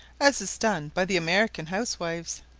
as is done by the american housewives.